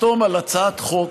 לחתום על הצעת חוק